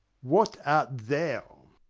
what art thou?